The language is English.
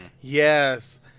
Yes